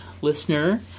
listener